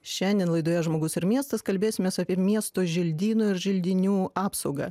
šiandien laidoje žmogus ir miestas kalbėsimės apie miesto želdynų ir želdinių apsaugą